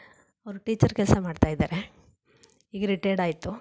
ಅವರು ಟೀಚರ್ ಕೆಲಸ ಮಾಡ್ತಾ ಇದ್ದಾರೆ ಈಗ ರಿಟೈರ್ಡಾಯಿತು